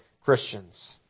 Christians